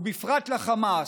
ובפרט לחמאס,